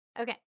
okay